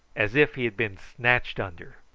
as if he had been snatched under.